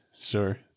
sure